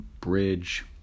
bridge